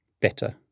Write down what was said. better